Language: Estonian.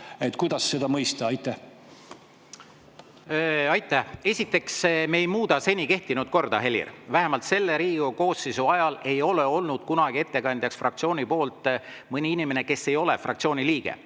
Kuidas seda mõista? Aitäh!